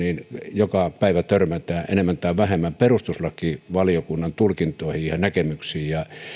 joka päivä törmäämme enemmän tai vähemmän perustuslakivaliokunnan tulkintoihin ja näkemyksiin